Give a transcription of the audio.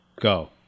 go